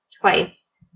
twice